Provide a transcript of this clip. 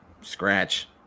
scratch